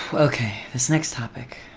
okay. this next topic